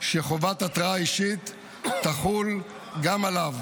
שחובת התרעה אישית תחול גם עליו.